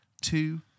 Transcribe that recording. two